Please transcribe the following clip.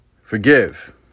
forgive